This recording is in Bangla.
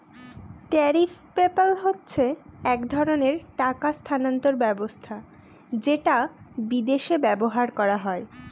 ট্যারিফ পেপ্যাল হচ্ছে এক ধরনের টাকা স্থানান্তর ব্যবস্থা যেটা বিদেশে ব্যবহার করা হয়